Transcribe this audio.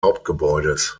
hauptgebäudes